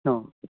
ହଁ